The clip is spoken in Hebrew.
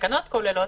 והתקנות כוללות